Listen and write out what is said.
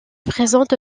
présente